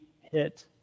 hit